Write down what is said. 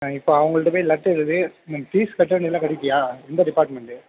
ஆ இப்போது அவங்கள்ட்ட போய் லெட்ரு எழுதி ம் ஃபீஸ் கட்ட வேண்டியதெலாம் கட்டிவிட்டியா எந்த டிபார்ட்மெண்டு